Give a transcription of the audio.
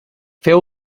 feu